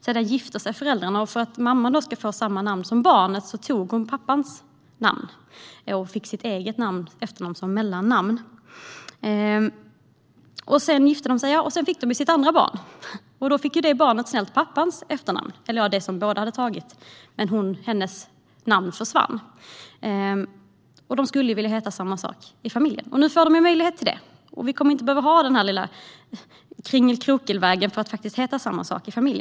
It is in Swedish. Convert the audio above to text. Sedan gifte sig föräldrarna, och för att mamman skulle få samma namn som barnet tog hon pappans namn och fick sitt eget som mellannamn. När de gift sig fick de sitt andra barn - och då fick det barnet snällt pappans efternamn, det vill säga det namn båda föräldrarna hade, medan mammans namn försvann. De skulle vilja heta samma sak i familjen. Nu får de möjlighet till det, och vi kommer inte att behöva ha den här kringelkrokvägen för att faktiskt heta samma sak i familjen.